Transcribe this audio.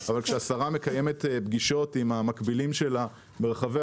אבל כשהשרה מקיימת פגישות עם המקבילים שלה ברחבי